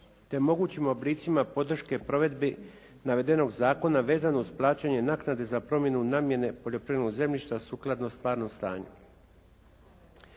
te mogućim oblicima podrške provedbi navedenog zakona vezano uz plaćanje naknade za promjenu namjene poljoprivrednog zemljišta sukladno stvarnom stanju.